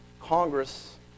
Congress